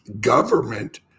government